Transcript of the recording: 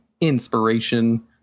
inspiration